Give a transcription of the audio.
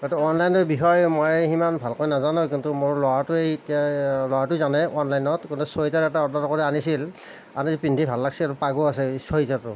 এইটো অনলাইনৰ বিষয়ে মই সিমান ভালকৈ নাজানো কিন্তু মোৰ ল'ৰাটোৱে এতিয়া ল'ৰাটোৱে জানে অনলাইনত কিন্তু চুৱেটাৰ এটা অৰ্ডাৰ কৰি আনিছিল আনি পিন্ধি ভাল লাগছি আৰু পাগো এই আছে চুৱেটাৰটোৰ